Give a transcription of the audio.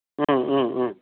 उम उम उम